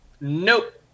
Nope